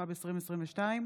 התשפ"ב 2022,